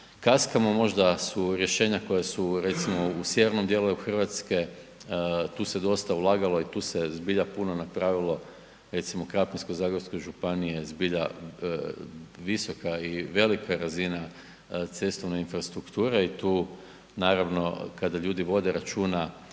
kaskamo. Možda su rješenja koja su recimo u sjevernom dijelu Hrvatske, tu se dosta ulagalo i tu se zbilja puno napravilo, recimo Krapinsko-zagorska županija je zbilja visoka i velika razina cestovne infrastrukture. I tu naravno kada vode ljudi računa